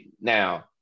now